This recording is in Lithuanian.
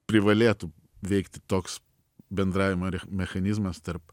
privalėtų veikti toks bendravimo mechanizmas tarp